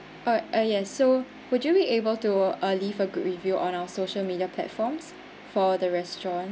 uh uh yes so would you be able to uh leave a good review on our social media platforms for the restaurant